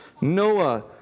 Noah